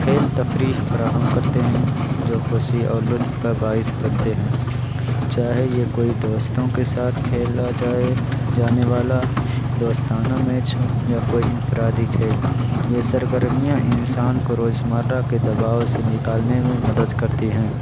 کھیل تفریح فراہم کرتے ہیں جو خوشی اور لطف کا باعث بنتے ہیں چاہے یہ کوئی دوستوں کے ساتھ کھیلا جائے جانے والا دوستانہ میچ ہو یا کوئی انفرادی کھیل یہ سرگرمیاں انسان کو روزمرہ کے دباؤ سے نکالنے میں مدد کرتی ہیں